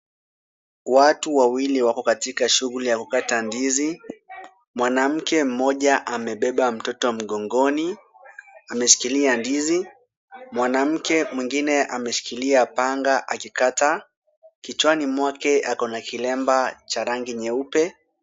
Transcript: Watu wawili wako katika shughuli ya kukata ndizi. Mwanamke mmoja amebeba mtoto mgongoni, ameshikilia ndizi. Mwanamke mwingine ameshikilia panga akikata. Kichwani mwake ako na kilemba cha rangi nyeupe.